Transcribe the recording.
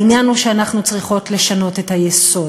העניין הוא שאנחנו צריכות לשנות את היסוד.